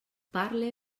parle